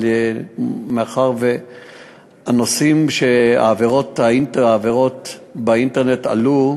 אבל מאחר שהעבירות באינטרנט התרבו,